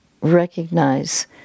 recognize